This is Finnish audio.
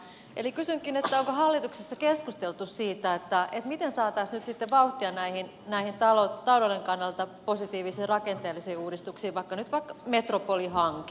eli kysynkin onko hallituksessa keskusteltu siitä miten saataisiin nyt vauhtia näihin talouden kannalta positiivisiin rakenteellisiin uudistuksiin otetaan nyt vaikka metropolihanke